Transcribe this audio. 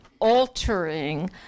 altering